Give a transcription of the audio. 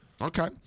Okay